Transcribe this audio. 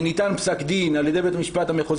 ניתן פסק דין על ידי בית המשפט המחוזי